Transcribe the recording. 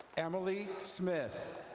emily smith.